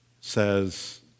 says